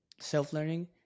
Self-learning